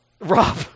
Rob